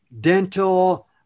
dental